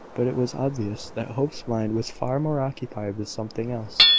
but it was obvious that hope's mind was far more occupied with something else.